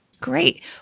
Great